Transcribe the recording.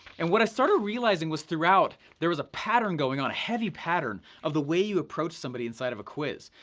and what i started realizing, was throughout, there was a pattern going on, a heavy pattern of the way you approach somebody inside of a quiz.